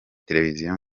televiziyo